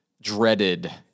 dreaded